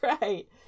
right